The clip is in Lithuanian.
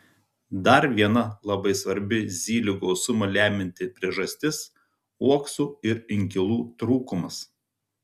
dar viena labai svarbi zylių gausumą lemianti priežastis uoksų ir inkilų trūkumas